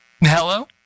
Hello